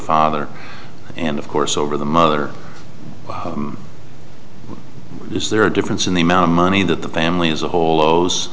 father and of course over the mother is there a difference in the amount of money that the family as a whole